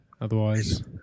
Otherwise